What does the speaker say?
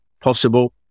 possible